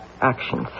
actions